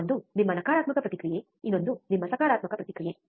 ಒಂದು ನಿಮ್ಮ ನಕಾರಾತ್ಮಕ ಪ್ರತಿಕ್ರಿಯೆ ಇನ್ನೊಂದು ನಿಮ್ಮ ಸಕಾರಾತ್ಮಕ ಪ್ರತಿಕ್ರಿಯೆ